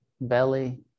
belly